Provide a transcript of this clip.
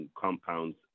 compounds